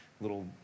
little